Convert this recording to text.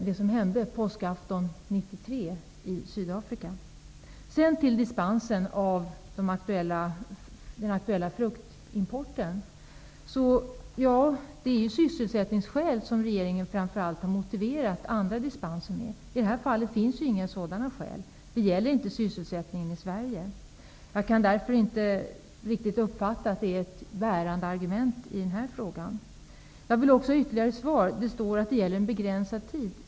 Jag vill säga något om dispensen av den aktuella fruktimporten. Det är framför allt sysselsättningsskäl som regeringen har motiverat andra dispenser med. I detta fall finns det inte några sådana skäl. Det gäller inte sysselsättningen i Sverige. Jag kan därför inte riktigt uppfatta att det är ett bärande argument i den här frågan. Det står i svaret att detta gäller under en begränsad tid.